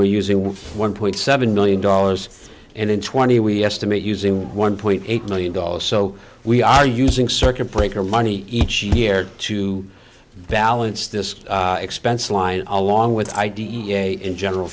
we're using one point seven million dollars and in twenty we estimate using one point eight million dollars so we are using circuit breaker money each year to balance this expense line along with i d e a in general